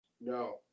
No